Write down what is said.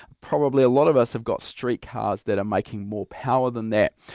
probably a lot of us have got street cars that are making more power than that.